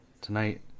Tonight